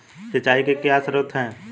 सिंचाई के क्या स्रोत हैं?